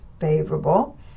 favorable